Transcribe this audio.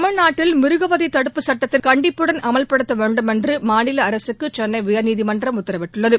தமிழ்நாட்டில் மிருகவதை தடுப்புச் சட்டத்தை கண்டிப்புடன் அமல்படுத்த வேண்டும் என்று மாநில அரசுக்கு சென்னை உயர்நீதிமன்றம் உத்தரவிட்டுள்ளது